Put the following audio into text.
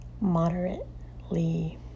moderately